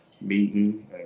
meeting